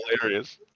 hilarious